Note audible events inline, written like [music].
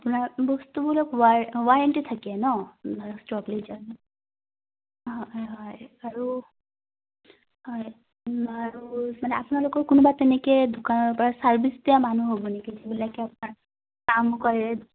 আপোনাৰ [unintelligible] হয় আৰু হয় আৰু মানে আপোনালোকৰ কোনোবা তেনেকে দোকানৰ পৰা চাৰ্ভিচ দিয়া মানুহ হ'ব নেকি যিবিলাকে আপোনাৰ কাম কৰে